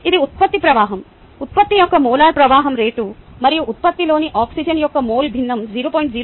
ఇది ఉత్పత్తి ప్రవాహం ఉత్పత్తి యొక్క మోలార్ ప్రవాహం రేటు మరియు ఉత్పత్తిలోని ఆక్సిజన్ యొక్క మోల్ భిన్నం 0